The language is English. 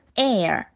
air